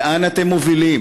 לאן אתם מובילים,